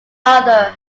other